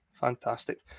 fantastic